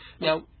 Now